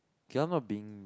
okay I'm not being